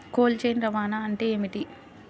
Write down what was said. Cold chain రవాణా అంటే ఏమిటీ?